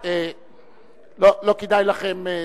לא כדאי לכם להשוות.